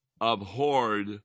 abhorred